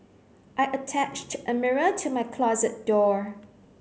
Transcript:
I attached a mirror to my closet door